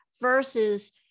versus